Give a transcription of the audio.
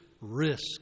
risk